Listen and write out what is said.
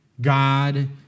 God